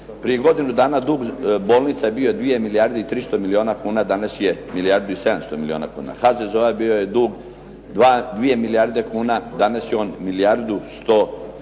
Prije godinu dana dug bolnica je bio 2 milijarde i 300 milijuna kuna, danas je milijardu i 700 milijuna kuna. HZZO-a bio je dug 2 milijarde kuna, danas je on milijardu 170 milijuna